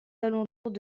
alentours